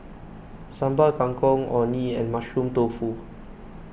Sambal Kangkong Orh Nee and Mushroom Tofu